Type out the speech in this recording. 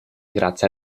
grazie